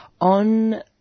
on